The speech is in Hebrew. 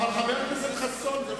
חבר הכנסת חסון, שמעו, שמעו על המרפסת.